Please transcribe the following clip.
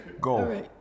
Go